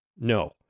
No